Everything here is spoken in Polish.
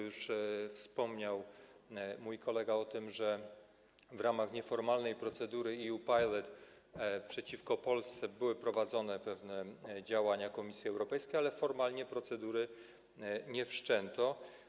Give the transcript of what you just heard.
Już wspomniał mój kolega o tym, że w ramach nieformalnej procedury EU Pilot przeciwko Polsce były prowadzone pewne działania Komisji Europejskiej, ale formalnie procedury nie wszczęto.